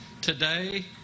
Today